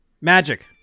Magic